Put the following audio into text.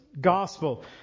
gospel